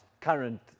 current